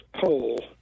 poll